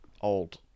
old